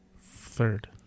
Third